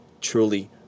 truly